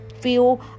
feel